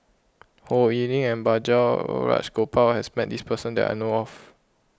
Ho Lee Ling and Balraj Gopal has met this person that I know of